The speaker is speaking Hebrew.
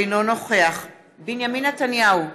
אינו נוכח בנימין נתניהו,